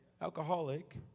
alcoholic